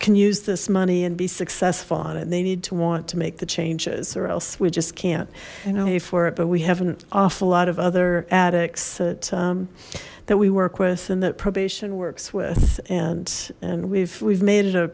can use this money and be successful on and they need to want to make the changes or else we just can't you know me for it but we have an awful lot of other addicts that that we work with and that probation works with and and we've we've made it a